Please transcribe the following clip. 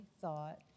thought